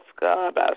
God